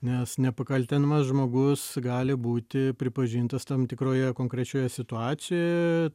nes nepakaltinamas žmogus gali būti pripažintas tam tikroje konkrečioje situacijoje